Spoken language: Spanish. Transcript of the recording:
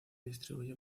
distribuye